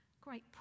Great